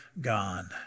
gone